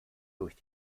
durch